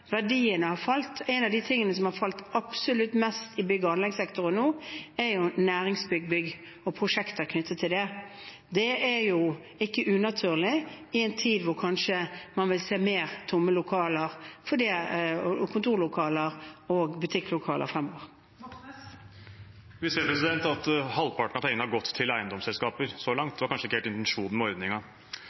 Verdiene har falt. En av de tingene som har falt absolutt mest i bygg- og anleggsektoren nå, er næringsbygg og prosjekter knyttet til det. Det er ikke unaturlig i en tid da man kanskje vil se flere tomme kontor- og butikklokaler fremover. Bjørnar Moxnes – til oppfølgingsspørsmål. Vi ser at halvparten av pengene har gått til eiendomsselskaper så langt. Det var kanskje ikke helt intensjonen med